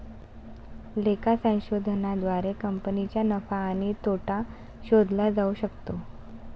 लेखा संशोधनाद्वारे कंपनीचा नफा आणि तोटा शोधला जाऊ शकतो